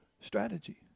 strategy